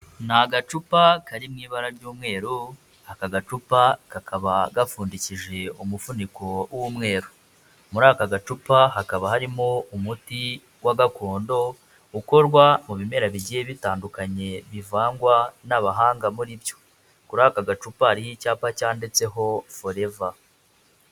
Ni agacupa kari mu ibara ry'umweru, aka gacupa kakaba gapfundikije umufuniko w'umweru. Muri aka gacupa hakaba harimo umuti wa gakondo, ukorwa mu bimera bigiye bitandukanye bivangwa n'abahanga muri byo. Kuri aka gacupa hariho icyapa cyanditseho Forever.